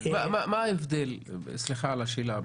מה ההבדל, סליחה על השאלה?